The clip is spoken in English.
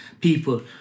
people